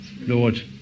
Lord